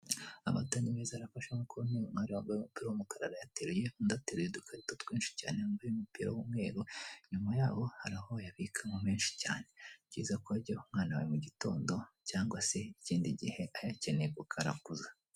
Amata ni meza arafasha nkuko ubona uyu mwari wambaye umupira w'umukara arayateruye undi ateruye udukarito twinshi cyane wambaye umupira w'umweru inyuma yaho hari aho bayabikamo menshi cyane, ni byiza ko wajya uyaha umwana wawe mu gitondo cyangwa se ikindi gihe ayakeneye kuko arakuza.